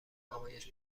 نمایش